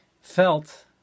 felt